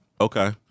Okay